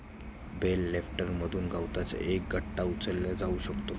bell लिफ्टरमधून गवताचा एक गठ्ठा उचलला जाऊ शकतो